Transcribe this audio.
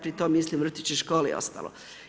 Pritom mislim vrtići, škole i ostalo.